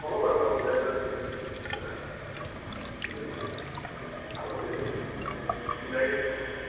হ'ব বাৰু মই মিলাই পেলাই ধৰি দিম কিবা এটা ঠিক আছে আৰু হেৰি বিলাহী লাগিব নহয়